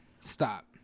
Stop